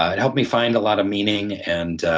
it helped me find a lot of meaning and